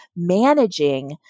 managing